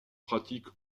pratique